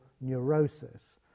neurosis